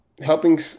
helping